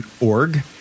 org